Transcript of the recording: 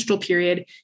period